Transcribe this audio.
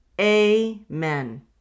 Amen